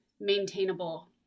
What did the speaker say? maintainable